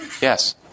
Yes